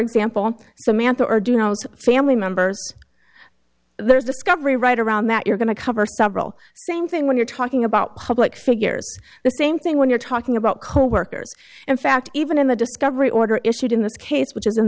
example samantha or do house family members there's discovery right around that you're going to cover several same thing when you're talking about public figures the same thing when you're talking about coworkers in fact even in the discovery order issued in this case which is in